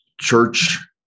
church